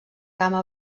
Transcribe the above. cama